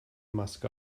maske